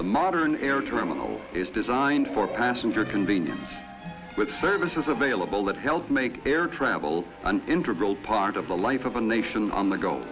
the modern air terminal is designed for passenger convenience with services available that help make air travel an integral part of the life of a nation